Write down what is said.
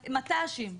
מט"שים.